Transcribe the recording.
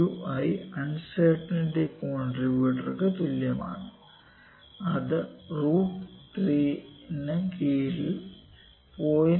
Ui uncertainty കോണ്ട്രിബ്യുട്ടർക്കു തുല്യമാണ് അത് റൂട്ട് 3 ന്√3 കീഴിൽ 0